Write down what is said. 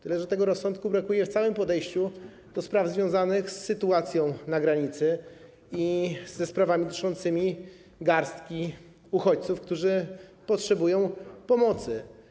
Tyle że tego rozsądku brakuje w całym podejściu do spraw związanych z sytuacją na granicy i dotyczących garstki uchodźców, którzy potrzebują pomocy.